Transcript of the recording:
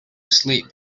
sleep